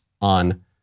on